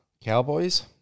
Cowboys